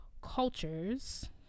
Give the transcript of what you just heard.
cultures